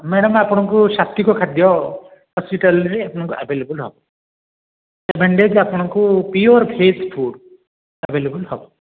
madam ଆପଣଙ୍କୁ ସାତ୍ତ୍ୱିକ ଖାଦ୍ୟ ହସ୍ପିଟାଲରେ ଆପଣଙ୍କୁ ଆଭେଲେବଲ୍ ହେବ ସେଭେନ୍ ଡେଜ୍ ଆପଣଙ୍କୁ ପିଓର୍ ଭେଜ୍ ଫୁଡ଼୍ ଆଭେଲେବେଲ୍ ହେବ